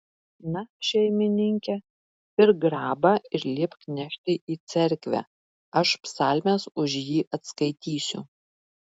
na šeimininke pirk grabą ir liepk nešti į cerkvę aš psalmes už jį atskaitysiu